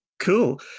Cool